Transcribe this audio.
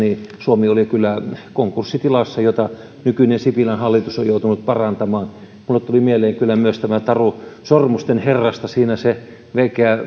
suomi oli kyllä konkurssitilassa jota nykyinen sipilän hallitus on joutunut parantamaan minulle tuli mieleen kyllä myös taru sormusten herrasta siinä se veikeä